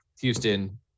houston